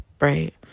right